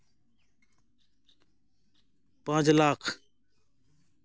ᱯᱟᱸᱪ ᱞᱟᱠᱷ